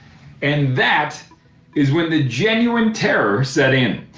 and that is when the genuine terror set in.